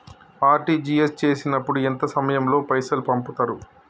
RTGS చేసినప్పుడు ఎంత సమయం లో పైసలు పంపుతరు?